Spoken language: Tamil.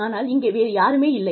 ஆனால் இங்கே வேறு யாருமே இல்லை